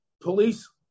police